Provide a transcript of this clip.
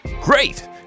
Great